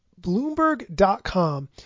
Bloomberg.com